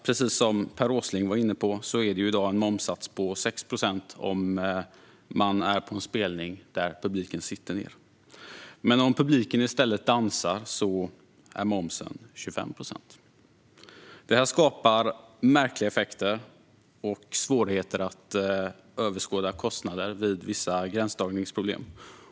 Precis som Per Åsling var inne på finns i dag en momssats på 6 procent för en spelning där publiken sitter ned. Om publiken däremot dansar är momsen 25 procent. Detta skapar märkliga effekter och svårigheter att överskåda kostnader vid vissa gränsdragningsproblem.